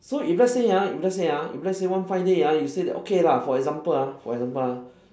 so if let's say ah if let's say ah if let's say one fine day ah you say that okay lah for example ah for example ah